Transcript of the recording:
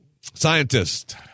scientist